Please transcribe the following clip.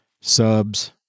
subs